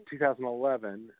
2011